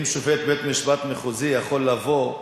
אם שופט בית-משפט מחוזי יכול לבוא,